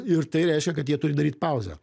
ir tai reiškia kad jie turi daryt pauzę